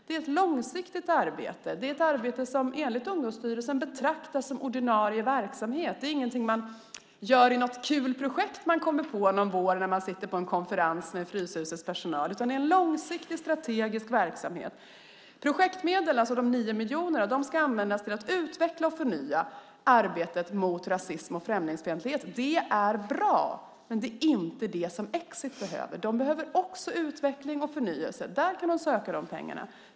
Det är ett långsiktigt arbete, och det är ett arbete som enligt Ungdomsstyrelsen betraktas som ordinarie verksamhet. Det är ingenting som man gör i ett kul projekt man kommer på en vår när man sitter på en konferens med Fryshusets personal. Det är en långsiktig strategisk verksamhet. De 9 miljoner kronorna för projektmedel ska användas till att utveckla och förnya arbetet mot rasism och främlingsfientlighet. Det är bra, men det är inte vad Exit behöver. Exit behöver också utvecklas och förnyas. För detta kan de söka pengarna.